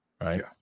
Right